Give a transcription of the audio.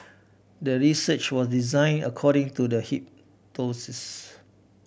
the research was design according to the